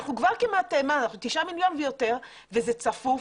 אנחנו תשעה מיליון ויותר וזה צפוף.